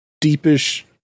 deepish